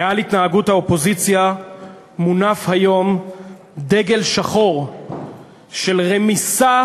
מעל התנהגות האופוזיציה מונף היום דגל שחור של רמיסה